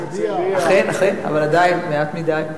נתניה, הרצלייה, אכן, אכן, אבל עדיין מעט מדי.